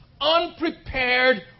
unprepared